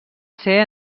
ser